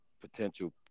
potential